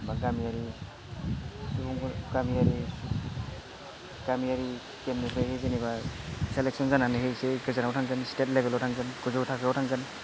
बा गामियारि सुबुं गामियारि गेमनिफ्रायबो जेनेबा सेलेक्सन जानानैहैसो गोजानाव थांगोन स्टेट लेभेलाव थांगोन गोजौ थाखोआव थांगोन